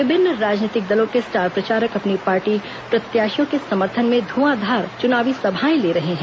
विभिन्न राजनीतिक दलों के स्टार प्रचारक अपनी पार्टी प्रत्याशियों के समर्थन में धुआंधार चुनावी सभाएं ले रहे हैं